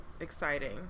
Exciting